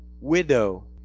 widow